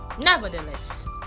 Nevertheless